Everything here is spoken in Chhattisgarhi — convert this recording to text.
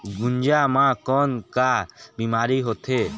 गुनजा मा कौन का बीमारी होथे?